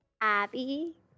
Abby